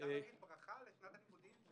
אפשר להגיד ברכה לשנת הלימודים שנפתחת?